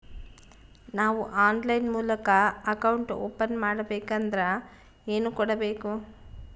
ನಾವು ಆನ್ಲೈನ್ ಮೂಲಕ account open ಮಾಡಬೇಂಕದ್ರ ಏನು ಕೊಡಬೇಕು?